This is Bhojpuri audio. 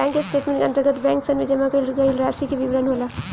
बैंक स्टेटमेंट के अंतर्गत बैंकसन में जमा कईल गईल रासि के विवरण होला